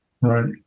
Right